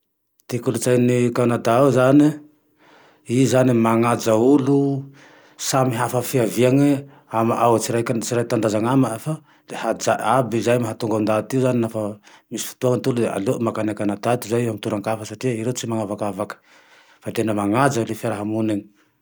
Ty kolotsain'ny Kanada ao zane, i zane manaja olo samy hafa fiaviagne ama ao. Tsy raike tanindrazana aminy fa le hajae aby zay mahatonga ndaty io zane e lafa misy fotoany le aleony makany Kanada toy zay amy toera-kafa satrie ireo tsy manavakavaky, fa tena manaja e fiaraha monigne.